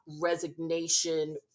resignation